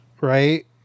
right